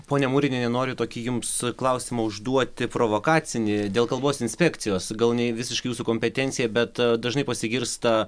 ponia muriniene noriu tokį jums klausimą užduoti provokacinį dėl kalbos inspekcijos gal ne visiškai jūsų kompetencija bet dažnai pasigirsta